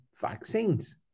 vaccines